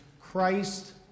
Christ